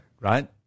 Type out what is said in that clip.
Right